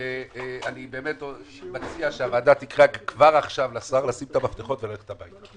אני מציע שהוועדה תקרא כבר עכשיו לשר לשים את המפתחות וללכת הביתה.